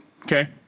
Okay